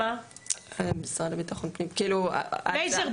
המשרד לביטחון פנים --- לייזר,